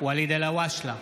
ואליד אלהואשלה,